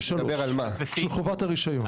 סעיף 3, של חובת הרישיון.